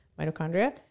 mitochondria